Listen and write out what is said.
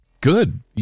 good